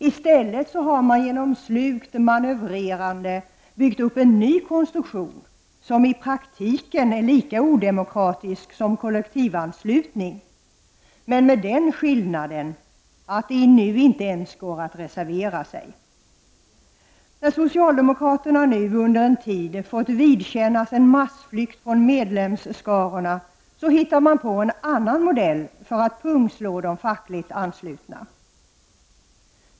I stället har man genom slugt manövrerande byggt upp en ny konstruktion, som i praktiken är lika odemokratisk som kollektivanslutning, men med den skillnaden att det nu inte ens går att reservera sig. När socialdemokraterna nu under en tid fått vidkännas en massflykt från medlemsskarorna, hittar man på en annan modell för att pungslå de fackligt anslutna.